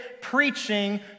preaching